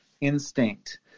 instinct